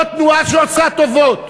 לא תנועה שעושה טובות,